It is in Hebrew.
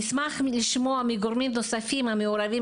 נשמח לשמוע גורמים נוספים המעורבים